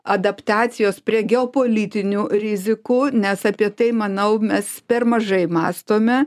adaptacijos prie geopolitinių rizikų nes apie tai manau mes per mažai mąstome